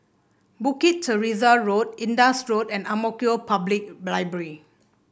Bukit Teresa Road Indus Road and Ang Mo Kio Public Library